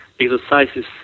exercises